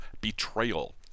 Betrayal